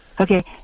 Okay